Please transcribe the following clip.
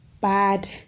bad